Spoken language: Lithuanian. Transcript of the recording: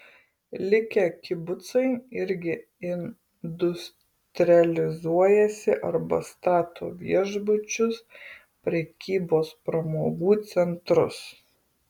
likę kibucai irgi industrializuojasi arba stato viešbučius prekybos pramogų centrus